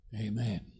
Amen